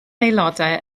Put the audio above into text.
aelodau